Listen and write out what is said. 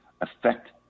affect